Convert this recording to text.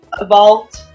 evolved